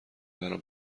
برام